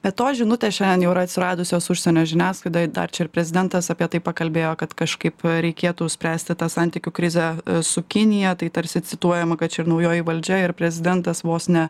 be to žinutės šiandien jau yra atsiradusios užsienio žiniasklaidoj dar čia ir prezidentas apie tai pakalbėjo kad kažkaip reikėtų spręsti tą santykių krizę su kinija tai tarsi cituojama kad čia ir naujoji valdžia ir prezidentas vos ne